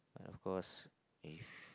but of course if